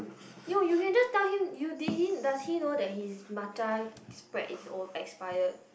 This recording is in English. no you can just tell him you did he does he know that his matcha spread is old expired